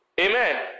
Amen